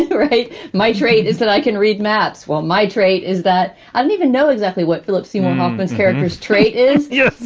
and my trait is that i can read maps, while my trait is that i don't even know exactly what philip seymour hoffman's character's trait is. yes,